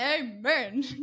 Amen